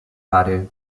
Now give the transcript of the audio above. aree